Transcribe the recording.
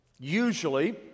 Usually